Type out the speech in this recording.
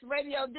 Radio